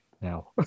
now